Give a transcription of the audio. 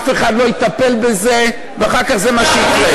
אף אחד לא יטפל בזה ואחר כך זה מה שיקרה.